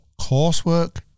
coursework